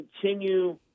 continue